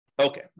Okay